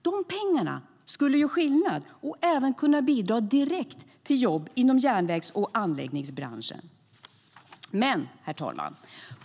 De pengarna skulle göra skillnad och även kunna bidra direkt till jobb i järnvägs och anläggningsbranschen. Herr talman!